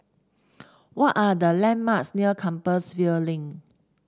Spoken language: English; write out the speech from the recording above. what are the landmarks near Compassvale Link